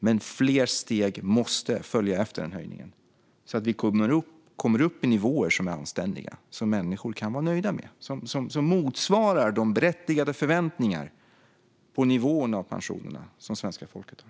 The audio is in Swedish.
Men fler steg måste följa efter den höjningen så att vi kommer upp i nivåer som är anständiga, som människor kan vara nöjda med och som motsvarar de berättigade förväntningar på nivåerna av pensionerna som svenska folket har.